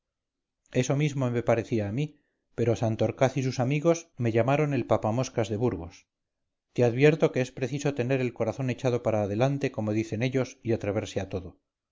eso mismo me parecía a mí pero santorcaz y sus amigos me llamaron el papamoscas de burgos te advierto que es preciso tener el corazón echado para adelante como dicen ellos y atreverse a todo